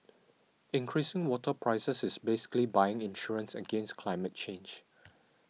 increasing water prices is basically buying insurance against climate change